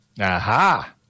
Aha